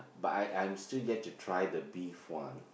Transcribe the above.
but I I'm still yet to try the beef one